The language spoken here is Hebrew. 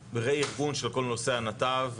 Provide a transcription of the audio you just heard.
ברה-ארגון של כל נושא הנתב,